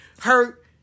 hurt